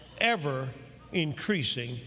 ever-increasing